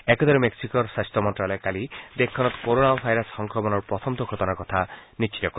একেদৰে মেক্সিকোৰ স্বাস্য মন্ত্যালয়ে কালি দেশখনত কৰোণা ভাইৰাছ সংক্ৰমণৰ প্ৰথমটো ঘটনাৰ কথা নিশ্চিত কৰে